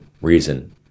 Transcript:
reason